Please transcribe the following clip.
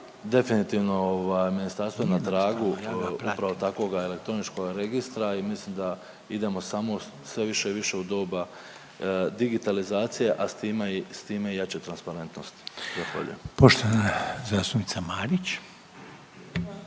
definitivno ovaj ministarstvo je na tragu upravo takvoga elektroničkoga registra i mislim da idemo samo sve više i više u doba digitalizacije, a s time i, s time i jače transparentnosti. Zahvaljujem. **Reiner, Željko